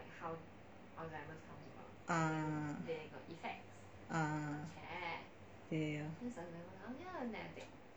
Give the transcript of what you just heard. ah ah